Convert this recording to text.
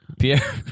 Pierre